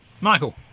Michael